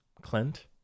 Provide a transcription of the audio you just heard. Clint